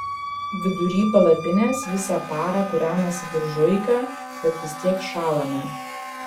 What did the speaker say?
vidury palapinės visą parą kūrenasi buržuika bet vis tiek šąlame